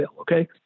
okay